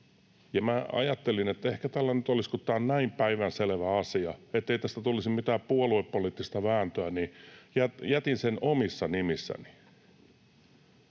Ajattelin, että kun tämä on näin päivänselvä asia, niin jottei tästä tulisi mitään puoluepoliittista vääntöä, jätän sen omissa nimissäni.